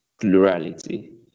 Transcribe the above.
plurality